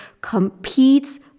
competes